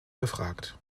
befragt